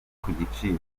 kugiciro